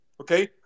Okay